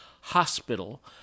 hospital